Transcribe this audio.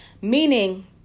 meaning